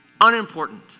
unimportant